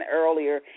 earlier